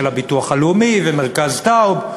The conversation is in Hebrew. של הביטוח הלאומי ומרכז טאוב,